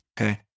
Okay